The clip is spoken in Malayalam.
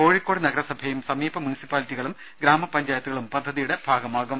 കോഴിക്കോട് നഗരസഭയും സമീപ മുൻസിപ്പാലികളും ഗ്രാമപഞ്ചായത്തുകളും പദ്ധതിയുടെ ഭാഗമാകും